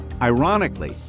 Ironically